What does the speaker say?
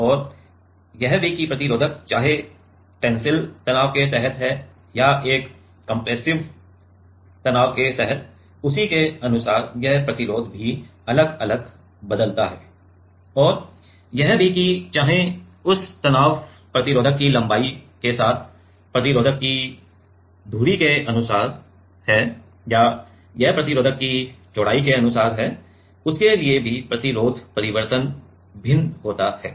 और यह भी कि प्रतिरोधक चाहे टेन्सिल तनाव के तहत है या एक कम्प्रेस्सिव तनाव के तहत उसी के अनुसार यह प्रतिरोध भी अलग अलग बदलता है और यह भी कि चाहे यह तनाव प्रतिरोधक की लंबाई के साथ प्रतिरोधक की धुरी के अनुसार है या यह प्रतिरोधक की चौड़ाई के अनुसार है उसके लिए भी प्रतिरोध परिवर्तन भिन्न होता है